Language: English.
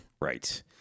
Right